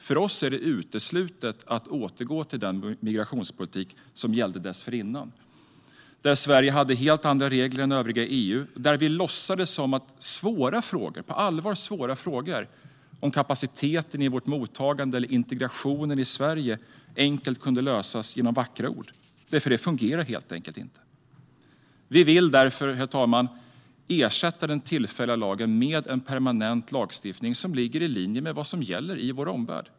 För oss är det uteslutet att återgå till den migrationspolitik som gällde dessförinnan. Då hade Sverige helt andra regler än övriga EU, och vi låtsades att svåra frågor - på allvar svåra frågor - rörande kapaciteten i vårt mottagande eller integrationen i Sverige enkelt kunde lösas genom vackra ord. Det fungerar helt enkelt inte. Vi vill därför, herr talman, ersätta den tillfälliga lagen med en permanent lagstiftning som ligger i linje med vad som gäller i vår omvärld.